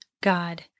God